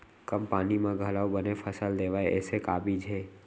कम पानी मा घलव बने फसल देवय ऐसे का बीज हे?